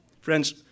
Friends